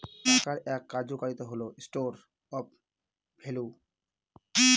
টাকার এক কার্যকারিতা হল স্টোর অফ ভ্যালু